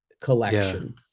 collection